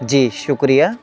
جی شکریہ